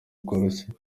bworoshye